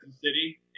city